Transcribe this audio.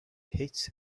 heat